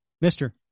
Mister